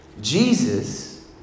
Jesus